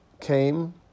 came